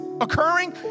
occurring